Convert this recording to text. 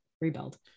rebuild